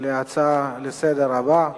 להצעה הבאה לסדר-היום.